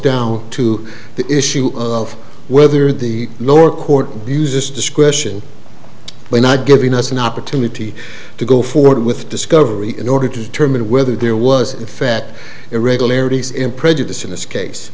down to the issue of whether the lower court uses discretion by not giving us an opportunity to go forward with discovery in order to determine whether there was fat irregularities in prejudice in this case